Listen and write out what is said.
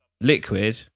liquid